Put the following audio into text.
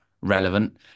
relevant